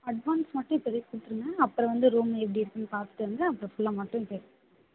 advance மட்டும் இப்போதைக்கு கொடுத்துருங்க அப்புறம் வந்து ரூம் எப்படி இருக்குதுன்னு பார்த்துட்டு வந்து அப்புறம் ஃபுல் அமௌண்ட்டும் பே பண்ணிவிடுங்க